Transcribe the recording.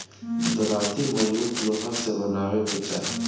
दराँती मजबूत लोहा से बनवावे के चाही